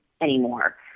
anymore